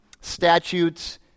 statutes